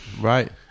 Right